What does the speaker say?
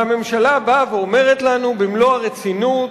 והממשלה באה ואומרת לנו במלוא הרצינות: